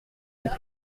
les